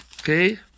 Okay